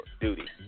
duty